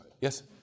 Yes